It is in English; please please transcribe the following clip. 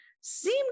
seem